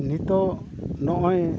ᱱᱤᱛᱳᱜ ᱱᱚᱜᱼᱚᱭ